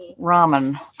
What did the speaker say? ramen